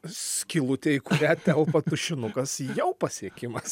skylutę į kurią telpa tušinukas jau pasiekimas